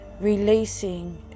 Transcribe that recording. Releasing